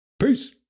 Peace